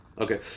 Okay